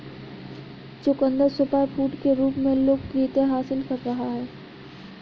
चुकंदर सुपरफूड के रूप में लोकप्रियता हासिल कर रहा है